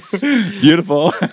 Beautiful